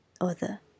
other